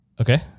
Okay